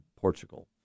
Portugal